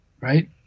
right